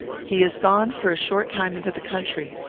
he has gone for a short time into the country.